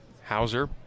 Hauser